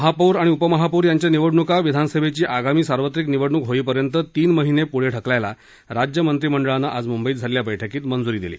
महापौर आणि उपमहापौर यांच्या निवडणूका विधानसभेची आगामी सार्वत्रिक निवडणूक होईपर्यंत तीन महिने पुढे ढकलायला राज्यमंत्रीमंडळानं आज म्ंबईत झालेल्या बैठकीत मंज्री दिली